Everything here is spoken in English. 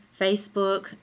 Facebook